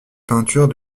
peinture